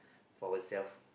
for our self